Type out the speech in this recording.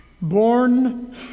born